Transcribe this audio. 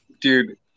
Dude